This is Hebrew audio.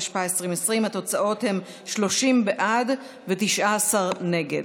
התשפ"א 2020. התוצאות הן: 30 בעד ו-19 נגד.